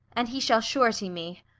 and he shall surety me.